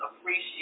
appreciate